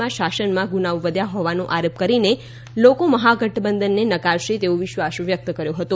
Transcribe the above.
માં શાસનમાં ગુનાઓ વધ્યા હોવાનો આરોપ કરીને લોકો મહાગઠબંધનને નકારશે તેવો વિશ્વાસ વ્યક્ત કર્યો હતો